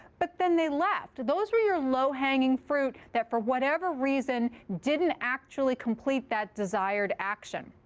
but then they left. those were your low-hanging fruit that for whatever reason didn't actually complete that desired action.